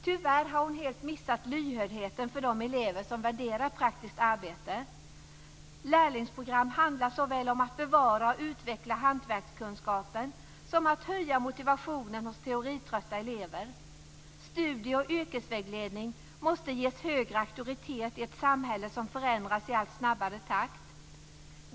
Tyvärr har hon helt missat lyhördheten för de elever som värderar praktiskt arbete. Lärlingsprogram handlar såväl om att bevara och utveckla hantverkskunskapen som om att höja motivationen hos teoritrötta elever. Studie och yrkesvägledning måste ges högre auktoritet i ett samhälle som förändras i allt snabbare takt.